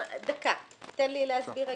תן לי להסביר רגע.